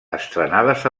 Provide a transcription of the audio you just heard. estrenades